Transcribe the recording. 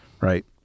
Right